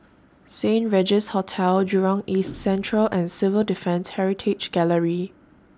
Saint Regis Hotel Jurong East Central and Civil Defence Heritage Gallery